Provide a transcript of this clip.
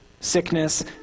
Sickness